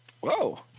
Whoa